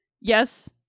Yes